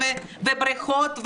ברכות,